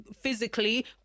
physically